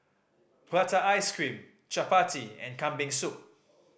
prata ice cream chappati and Kambing Soup